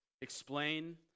explain